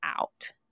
out